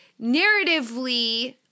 narratively